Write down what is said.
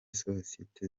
sosiyete